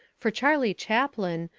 for charlie chaplin,